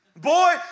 Boy